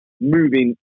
moving